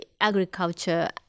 agriculture